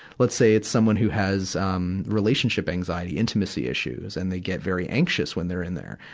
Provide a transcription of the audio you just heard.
let's say it's someone who has, um, relationship anxiety, intimacy issues, and they get very anxious when they're in there.